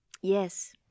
Yes